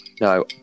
No